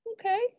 Okay